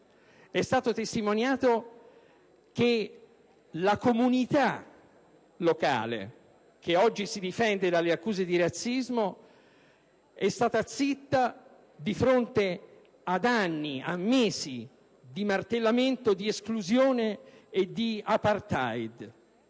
È stato testimoniato che la comunità locale, che oggi si difende dalle accuse di razzismo, è stata zitta di fronte ad anni e a mesi di martellamento, di esclusione e di *apartheid*.